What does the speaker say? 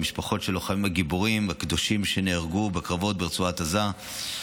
למשפחות של הלוחמים הגיבורים והקדושים שנהרגו בקרבות ברצועת עזה,